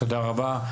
תודה רבה,